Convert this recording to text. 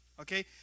okay